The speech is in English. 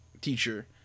teacher